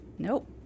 nope